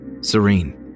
serene